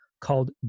called